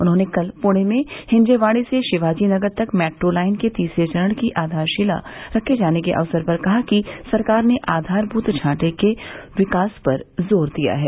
उन्होंने कल पुषे में हिंजेवाड़ी से शिवाजी नगर तक मेट्रो लाइन के तीसरे चरण की आधारशिला रखे जाने के अक्सर पर कहा कि सरकार ने आघारभूत ढांचे के विकास पर जोर दिया है